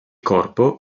corpo